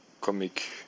comic